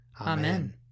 Amen